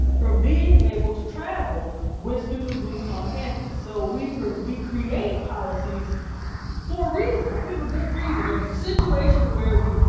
from being able to travel with student groups on campus. so we we create policies for a reason. like we have a good reason. there was a situation where we, you